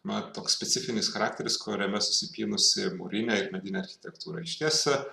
na toks specifinis charakteris kuriame susipynusi mūrinė ir medinė architektūra išties